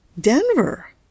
Denver